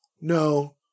no